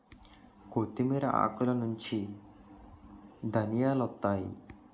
కొత్తిమీర ఆకులనుంచి ధనియాలొత్తాయి